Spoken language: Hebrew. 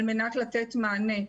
על מנת לתת מענה.